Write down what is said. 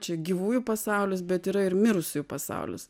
čia gyvųjų pasaulis bet yra ir mirusiųjų pasaulis